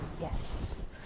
Yes